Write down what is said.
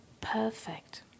perfect